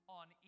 on